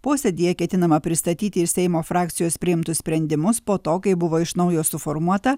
posėdyje ketinama pristatyti iš seimo frakcijos priimtus sprendimus po to kai buvo iš naujo suformuota